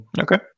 Okay